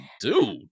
dude